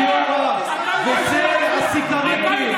זה בר גיורא וזה הסיקריקים,